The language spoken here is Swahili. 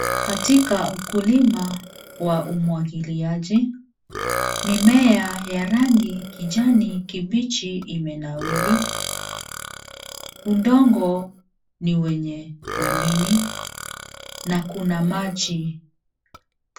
Katika ukulima wa umwagiliaji, mimea ya rangi kijani kibichi imenawiri . Udongo ni wenye madini na kuna maji.